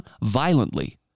violently